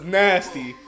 nasty